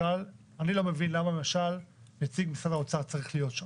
אני לא מבין למה למשל נציג משרד האוצר צריך להיות שם,